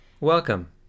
Welcome